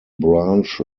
branch